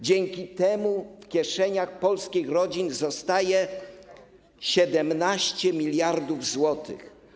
Dzięki temu w kieszeniach polskich rodzin zostaje 17 mld zł.